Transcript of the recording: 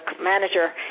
manager